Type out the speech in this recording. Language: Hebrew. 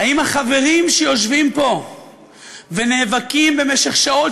האם החברים שיושבים פה ונאבקים במשך שעות